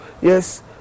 yes